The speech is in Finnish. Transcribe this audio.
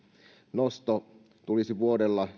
ikärajaa nostettaisiin vuodella